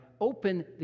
open